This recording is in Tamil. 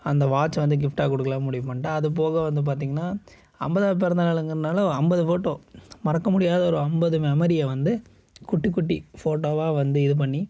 அந்த வாட்டை வந்து கிஃப்ட்டாக கொடுக்கலாம் முடிவு பண்ணிட்டேன் அதுபோக வந்து பார்த்தீங்கன்னா ஐம்பதாவு பிறந்தநாளுங்கிறதுனால ஐம்பது ஃபோட்டோ மறக்க முடியாத ஒரு ஐம்பது மெமரியை வந்து குட்டி குட்டி ஃபோட்டோவாக வந்து இது பண்ணி